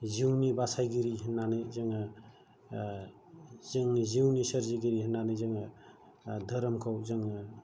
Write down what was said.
जिउनि बासायगिरि होननानै जोङो जोंनि जिउनि सोरजिगिरि होननानै जोङो धोरोमखौ जोङो